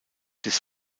des